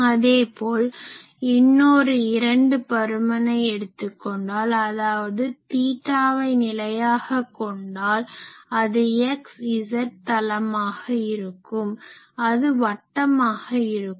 அதேபோல இன்னொரு இரண்டு பருமனை எடுத்துக்கொண்டால் அதாவது தீட்டாவை நிலையாக கொண்டால் அது x z தளமாக இருக்கும் அது வட்டமாக இருக்கும்